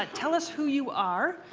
ah tell us who you are,